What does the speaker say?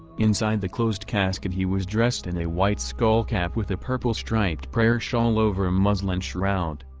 inside the closed casket he was dressed in a white skullcap with a purple-striped prayer shawl over a muslin shroud.